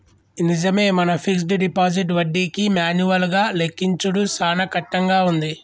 నిజమే మన fixed deposit వడ్డీకి మాన్యువల్ గా లెక్కించుడు సాన కట్టంగా ఉంది